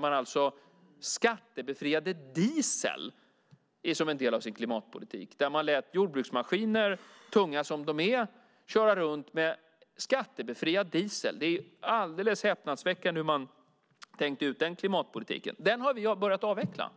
Man skattebefriade diesel som en del av sin klimatpolitik och lät jordbruksmaskiner, tunga som de är, köra runt med skattebefriad diesel. Det är alldeles häpnadsväckande hur man tänkte ut den klimatpolitiken. Den har vi börjat avveckla.